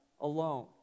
alone